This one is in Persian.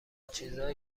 چیزای